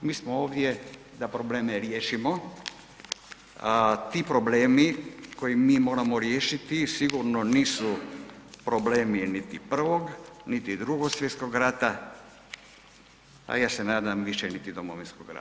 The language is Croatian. Mi smo ovdje da probleme riješimo, ti problemi koje mi moramo riješiti sigurno nisu problemi niti Prvog niti Drugog svjetskog rata, a ja se nadam više niti Domovinskog rata.